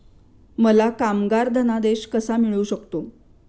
मला कामगार धनादेश कसा मिळू शकतो?